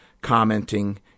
commenting